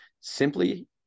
simply